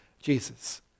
Jesus